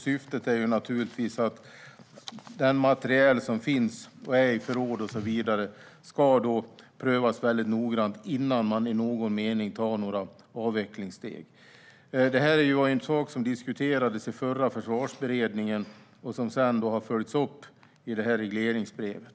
Syftet är naturligtvis att materiel i förråd och så vidare ska prövas noggrant innan det tas några avvecklingssteg. Det här diskuterades i förra Försvarsberedningen och har sedan följts upp i det här regleringsbrevet.